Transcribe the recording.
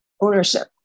ownership